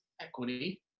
equity